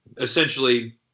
essentially